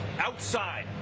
outside